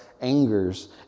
angers